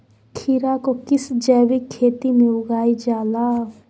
खीरा को किस जैविक खेती में उगाई जाला?